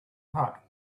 hut